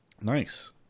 Nice